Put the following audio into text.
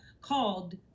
called